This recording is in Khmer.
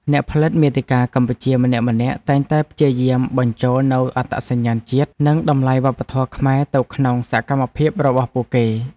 អ្នកផលិតមាតិកាកម្ពុជាម្នាក់ៗតែងតែព្យាយាមបញ្ចូលនូវអត្តសញ្ញាណជាតិ និងតម្លៃវប្បធម៌ខ្មែរទៅក្នុងសកម្មភាពរបស់ពួកគេ។